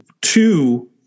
two